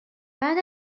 بعد